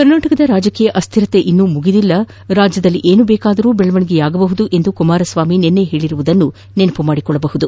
ಕರ್ನಾಟಕದ ರಾಜಕೀಯ ಅಸ್ತಿರತೆ ಇನ್ನೂ ಮುಗಿದಿಲ್ಲ ರಾಜ್ಯದಲ್ಲಿ ಏನು ಬೇಕಾದರು ಬೆಳವಣಿಗೆಯಾಗಬಹುದು ಎಂದು ಕುಮಾರಸ್ಲಾಮಿ ನಿನ್ನೆ ಹೇಳಿರುವುದನ್ನು ನೆನಪು ಮಾಡಿಕೊಳ್ಳಬಹುದು